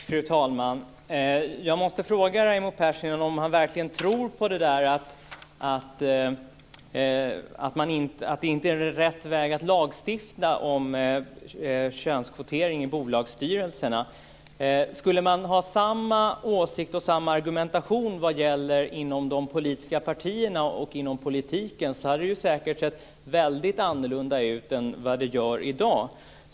Fru talman! Tror verkligen Raimo Pärssinen att det inte är rätta vägen att lagstifta om könskvotering i bolagsstyrelserna? Hade man samma åsikt och samma argumentation inom de politiska partierna och inom politiken skulle det säkert ha sett helt annorlunda ut än det gör i dag.